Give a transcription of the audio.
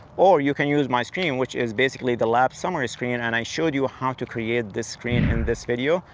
or you can use my screen which is basically the lap summary screen. and i showed you how to create this screen in this video.